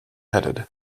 headed